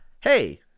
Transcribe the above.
hey